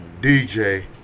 DJ